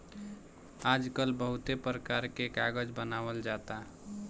आजकल बहुते परकार के कागज बनावल जाता